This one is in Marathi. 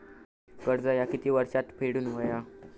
कर्ज ह्या किती वर्षात फेडून हव्या?